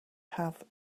have